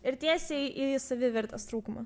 ir tiesiai į savivertės trūkumą